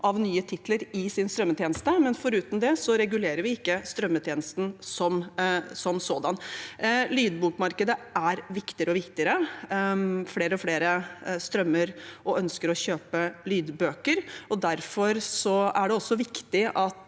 av nye titler i sin strømmetjeneste, men foruten det regulerer vi ikke strømmetjenesten som sådan. Lydbokmarkedet er viktigere og viktigere. Flere og flere strømmer og ønsker å kjøpe lydbøker, og derfor er det også viktig at